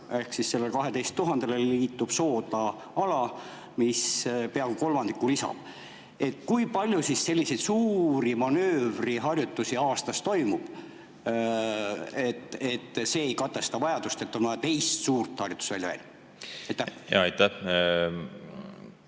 ehk sellele 12 000 [hektarile] liitub Soodla ala, mis peaaegu kolmandiku lisab. Kui palju selliseid suuri manööverharjutusi aastas toimub, et see ei kata seda vajadust ja on vaja teist suurt harjutusvälja veel? Aitäh!